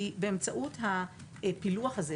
כי באמצעות הפילוח הזה,